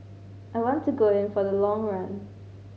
I want to go in for the long run